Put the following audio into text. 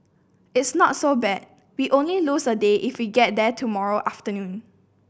it's not so bad we only lose a day if we get there tomorrow afternoon